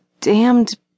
damned